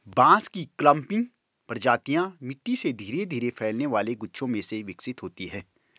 बांस की क्लंपिंग प्रजातियां मिट्टी से धीरे धीरे फैलने वाले गुच्छे में विकसित होती हैं